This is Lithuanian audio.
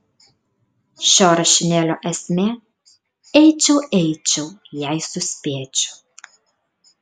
šio rašinėlio esmė eičiau eičiau jei suspėčiau